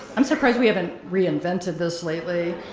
i'm surprised we haven't reinvented this lately,